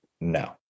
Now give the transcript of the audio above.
no